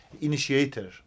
initiator